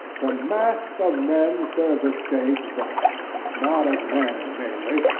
the mass of men serve the state thus, not as men mainly,